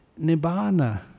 Nibbana